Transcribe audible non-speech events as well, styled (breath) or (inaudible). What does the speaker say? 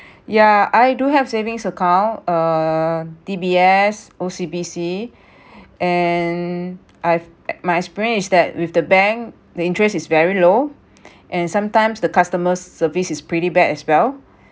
ya I do have savings account uh D_B_S O_C_B_C (breath) and I've my experience is that with the bank the interest is very low (breath) and sometimes the customer's service is pretty bad as well